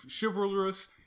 chivalrous